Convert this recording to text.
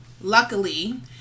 luckily